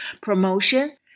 promotion